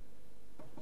אני לא יודע כמה,